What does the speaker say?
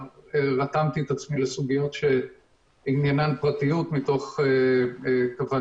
מבחן הסכנה החמורה ומבחן הסכנה המידית שאז הם היו שם והיום אנחנו לא שם.